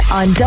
on